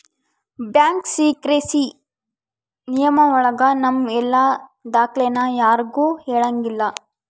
bank secrecy ನಿಯಮ ಒಳಗ ನಮ್ ಎಲ್ಲ ದಾಖ್ಲೆನ ಯಾರ್ಗೂ ಹೇಳಂಗಿಲ್ಲ